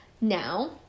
now